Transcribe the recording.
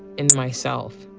in myself,